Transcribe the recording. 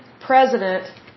president